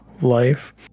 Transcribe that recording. Life